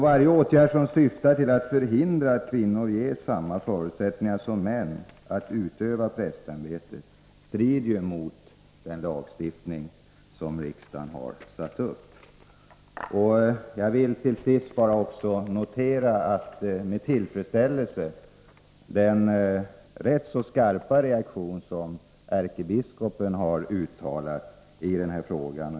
Varje åtgärd som syftar till att förhindra att kvinnor ges samma förutsättningar som män att utöva prästämbetet strider mot den lag som riksdagen har stiftat. Jag vill till sist med tillfredsställelse notera ärkebiskopens rätt så skarpa reaktion i denna fråga.